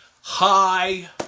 Hi